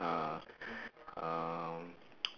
ah um